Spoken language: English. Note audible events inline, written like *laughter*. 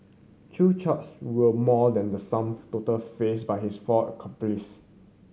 chew *unintelligible* were more than the sum total faced by his four accomplices